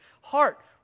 heart